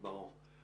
ברור.